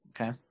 Okay